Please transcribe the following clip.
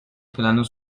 planı